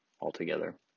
altogether